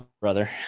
brother